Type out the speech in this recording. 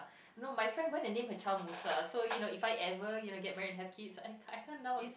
you know my friend went and name her child name Musa so you know if I ever you know get married and have kids I can't I can't now